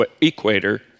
equator